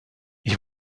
ich